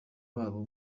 babo